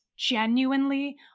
genuinely